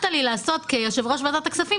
מה שהיא תעשה זה תפתח את המשק לייבוא נוסף,